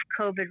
COVID